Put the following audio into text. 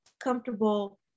comfortable